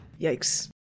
Yikes